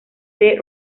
del